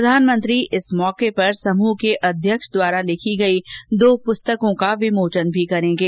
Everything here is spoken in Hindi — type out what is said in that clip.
प्रधानमंत्री इस अवसर पर समूह के अध्यक्ष द्वारा लिखी गई दो पुस्तकों का विमोचन भी करेगें